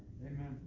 Amen